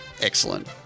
Excellent